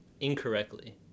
incorrectly